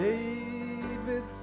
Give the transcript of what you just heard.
David